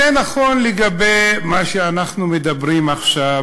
זה נכון לגבי מה שאנחנו מדברים עכשיו,